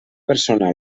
persona